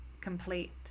complete